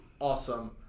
awesome